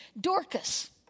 Dorcas